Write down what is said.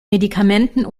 medikamenten